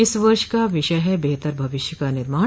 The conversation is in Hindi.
इस वर्ष का विषय है बेहतर भविष्य का निर्माण